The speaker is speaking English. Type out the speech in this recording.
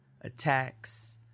attacks